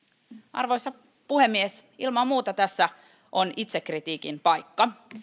arvoisa puhemies ilman muuta tässä on itsekritiikin paikka